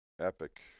epic